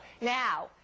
Now